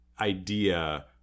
idea